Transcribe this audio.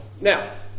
now